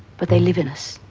but they live in us